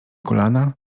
kolana